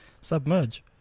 Submerge